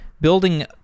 building